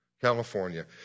California